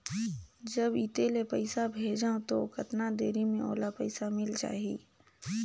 जब इत्ते ले पइसा भेजवं तो कतना देरी मे ओला पइसा मिल जाही?